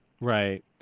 Right